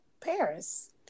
paris